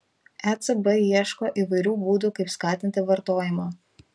ecb ieško įvairių būdų kaip skatinti vartojimą